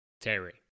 Terry